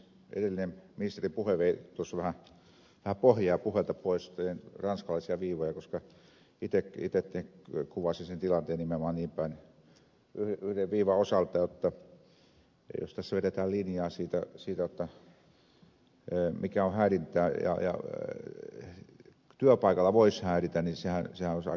äskeinen ministerin puhe vei tuossa vähän pohjaa puheelta pois ranskalaisia viivoja koska itse kuvasin sen tilanteen nimenomaan niinpäin yhden viivan osalta jotta jos tässä vedetään linjaa siitä mikä on häirintää ja työpaikalla voisi häiritä niin sehän olisi aika kova veto